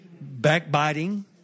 backbiting